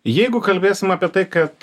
jeigu kalbėsim apie tai kad